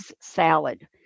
salad